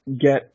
get